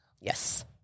Yes